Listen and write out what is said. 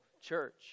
church